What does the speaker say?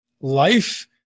Life